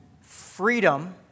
freedom